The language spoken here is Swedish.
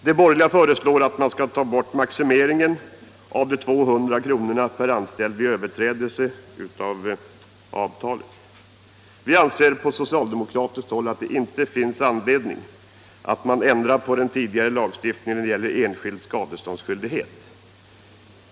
De borgerliga föreslår att man skall ta bort maximeringen till 200 kr. per anställd vid överträdelse av avtal. Vi anser på socialdemokratiskt håll att det inte finns anledning att ändra på den tidigare lagstiftningen när det gäller enskild skadeståndsskyldighet.